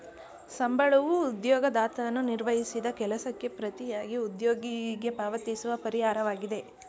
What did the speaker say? ಸಂಬಳವೂ ಉದ್ಯೋಗದಾತನು ನಿರ್ವಹಿಸಿದ ಕೆಲಸಕ್ಕೆ ಪ್ರತಿಯಾಗಿ ಉದ್ಯೋಗಿಗೆ ಪಾವತಿಸುವ ಪರಿಹಾರವಾಗಿದೆ